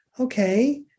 okay